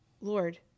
Lord